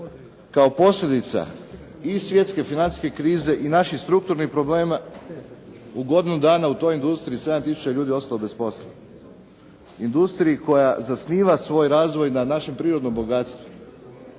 kao posljedica i svjetske financijske krize i naših strukturnih problema u godinu dana u toj industriji je 7 tisuća ljudi ostalo bez posla. Industriji koja zasniva svoj razvoj na našem prirodnom bogatstvu.